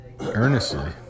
earnestly